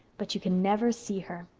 but you can never see her.